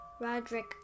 Roderick